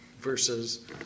versus